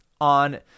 on